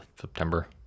September